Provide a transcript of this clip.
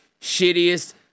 shittiest